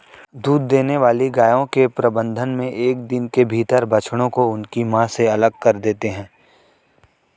दूध देने वाली गायों के प्रबंधन मे एक दिन के भीतर बछड़ों को उनकी मां से अलग कर देते हैं